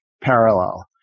parallel